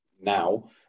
now